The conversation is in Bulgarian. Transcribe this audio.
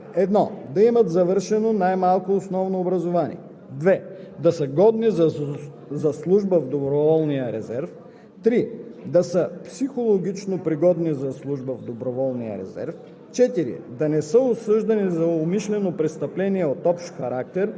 Чл. 59б. (1) На срочна служба в доброволния резерв се приемат пълнолетни български граждани, които отговарят на следните изисквания: 1. да имат завършено най-малко основно образование; 2. да са годни за служба в доброволния резерв;